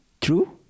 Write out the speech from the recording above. True